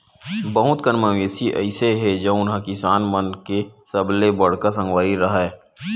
बहुत कन मवेशी अइसे हे जउन ह किसान मन के सबले बड़का संगवारी हरय